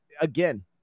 again